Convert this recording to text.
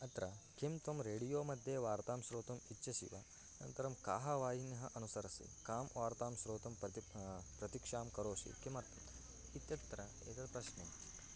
अत्र किं त्वं रेडियोमध्ये वार्तां श्रोतुम् इच्छसि वा अनन्तरं काः वाहिनः अनुसरसि कां वार्तां श्रोतुं प्रति प्रतिक्षां करोषि किम इत्यत्र प्रश्ने